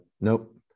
Nope